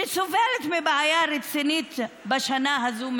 שסובלת מבעיה רצינית של מים בשנה הזאת,